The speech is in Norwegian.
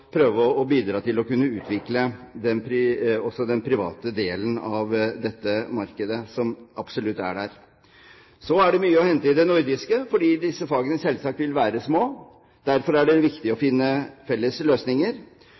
prøve å bidra til å utvikle også den private delen av dette markedet, som absolutt er der. Så er det mye å hente i det nordiske, fordi disse fagene selvsagt vil være små. Derfor er det viktig å finne felles løsninger.